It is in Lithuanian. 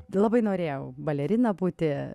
labai norėjau balerina būti